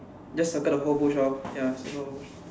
just circle the whole bush lor ya circle the whole bush